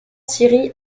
siri